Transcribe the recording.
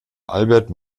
albert